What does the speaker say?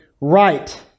right